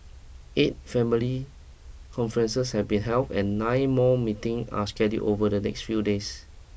eight family conferences have been held and nine more meeting are scheduled over the next few days